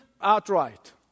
outright